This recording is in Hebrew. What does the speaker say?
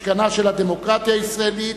משכנה של הדמוקרטיה הישראלית,